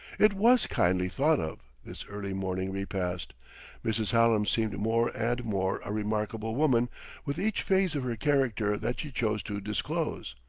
it was kindly thought of, this early morning repast mrs. hallam seemed more and more a remarkable woman with each phase of her character that she chose to disclose.